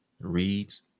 reads